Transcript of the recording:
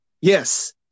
Yes